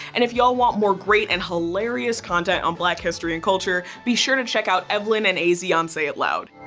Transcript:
and if y'all want more great and hilarious content on black history and culture be sure to check out evelyn and azie on say it loud!